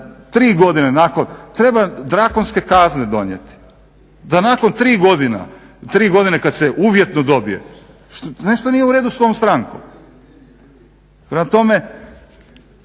tri godine nakon, treba zakonske kazne donijeti da nakon tri godine kad se uvjetno dobije, nešto nije u redu s tom strankom. Prema tome,